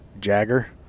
jagger